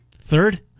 third